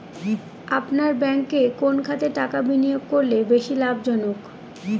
আপনার ব্যাংকে কোন খাতে টাকা বিনিয়োগ করলে বেশি লাভজনক?